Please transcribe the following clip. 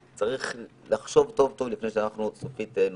צריך לחשוב טוב טוב לפני שאנחנו סופית נותנים את החתימה שלנו לחוק הזה.